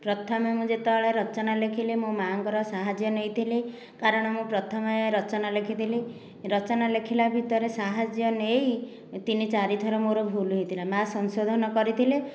ପ୍ରଥମେ ମୁଁ ଯେତବେଳେ ରଚନା ଲେଖିଲି ମୋ ମା'ଙ୍କର ସାହାଯ୍ୟ ନେଇଥିଲି କାରଣ ମୁଁ ପ୍ରଥମେ ରଚନା ଲେଖିଥିଲି ରଚନା ଲେଖିଲା ଭିତରେ ସାହାଯ୍ୟ ନେଇ ତିନିଚାରି ଥର ମୋର ଭୁଲ ହୋଇଥିଲା ମା ସଂଶୋଧନ କରିଥିଲେ